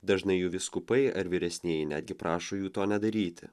dažnai jų vyskupai ar vyresnieji netgi prašo jų to nedaryti